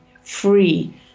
free